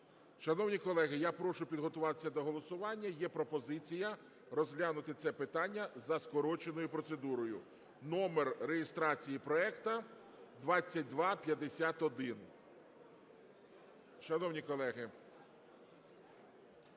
Шановні колеги, я прошу підготуватися до голосування. Є пропозиція розглянути це питання за скороченою процедурою. Номер реєстрації проекту 2251. Шановні колеги,